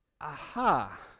Aha